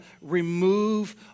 remove